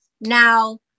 now